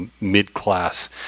mid-class